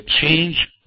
change